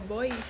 Boy